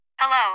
Hello